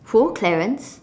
who Clarence